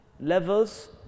levels